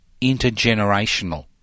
intergenerational